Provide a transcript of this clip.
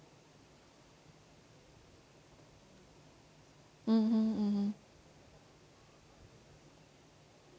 mmhmm mmhmm